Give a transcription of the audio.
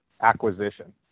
acquisition